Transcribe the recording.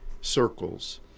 circles